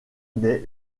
des